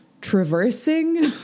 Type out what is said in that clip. traversing